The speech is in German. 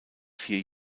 vier